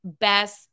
best